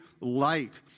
light